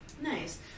Nice